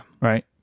Right